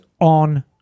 on